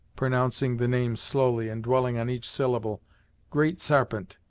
pronouncing the name slowly, and dwelling on each syllable great sarpent,